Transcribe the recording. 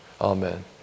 Amen